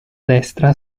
destra